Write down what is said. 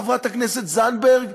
חברת הכנסת זנדברג,